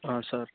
sir